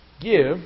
give